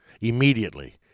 Immediately